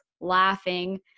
laughing